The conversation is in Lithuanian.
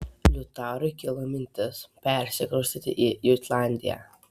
liutaurui kilo mintis persikraustyti į jutlandiją